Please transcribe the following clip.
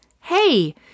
Hey